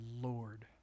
Lord